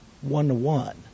one-to-one